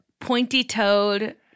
pointy-toed